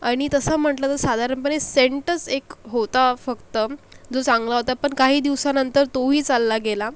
आणि तसं म्हंटलं तर साधारणपणे सेंटच एक होता फक्तम् जो चांगला होता पण काही दिवसानंतर तो ही चालला गेला